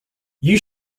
you